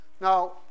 Now